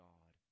God